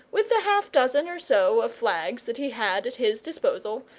with the half-dozen or so of flags that he had at his disposal,